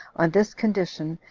on this condition,